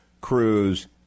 Cruz